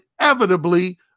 inevitably